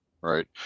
right